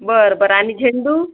बरं बरं आणि झेंडू